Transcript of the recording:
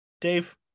Dave